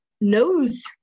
knows